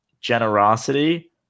generosity